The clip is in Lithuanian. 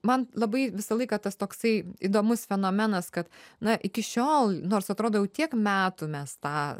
man labai visą laiką tas toksai įdomus fenomenas kad na iki šiol nors atrodo jau tiek metų mes tą